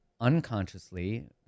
unconsciously